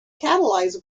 catalyze